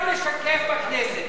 מותר לשקר בכנסת.